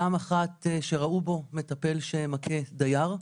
פעם אחת שראו בו מטפל שמכה דייר.